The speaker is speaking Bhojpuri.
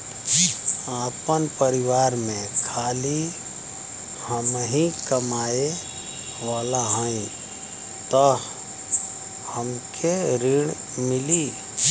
आपन परिवार में खाली हमहीं कमाये वाला हई तह हमके ऋण मिली?